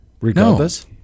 regardless